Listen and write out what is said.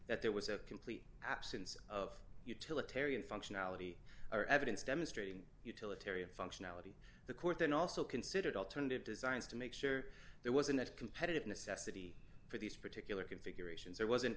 that there was a complete absence of utilitarian functionality or evidence demonstrating utilitarian functionality the court then also considered alternative designs to make sure there wasn't a competitive necessity for these particular configurations or wasn't